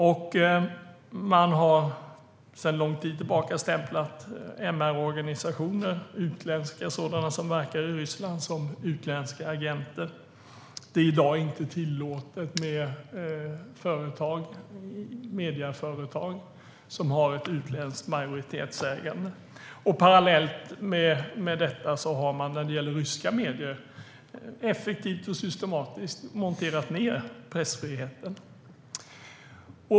Man har också sedan lång tid tillbaka stämplat MR-organisationer - utländska sådana som verkar i Ryssland - som utländska agenter. Det är i dag inte tillåtet med medieföretag som har ett utländskt majoritetsägande. Parallellt med detta har man när det gäller ryska medier effektivt och systematiskt monterat ned pressfriheten.